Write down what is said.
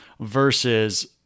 versus